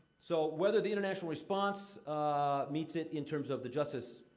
so, whether the international response meets it in terms of the justice,